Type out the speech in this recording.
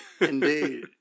Indeed